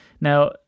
Now